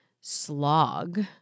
slog